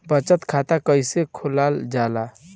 बचत खाता कइसे खोलल जाला?